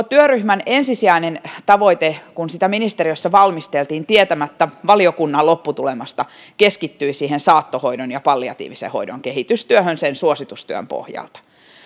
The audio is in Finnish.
työryhmän ensisijainen tavoite kun sitä ministeriössä valmisteltiin tietämättä valiokunnan lopputulemasta keskittyi saattohoidon ja palliatiivisen hoidon kehitystyöhön sen suositustyön pohjalta